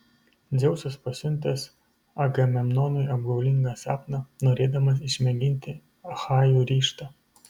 dzeusas pasiuntęs agamemnonui apgaulingą sapną norėdamas išmėginti achajų ryžtą